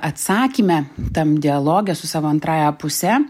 atsakyme tam dialoge su savo antrąja puse